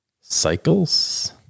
cycles